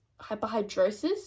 hyperhidrosis